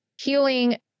healing